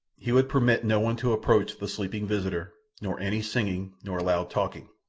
he would permit no one to approach the sleeping visitor, nor any singing, nor loud talking.